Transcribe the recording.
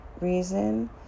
reason